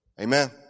amen